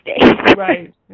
Right